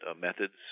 methods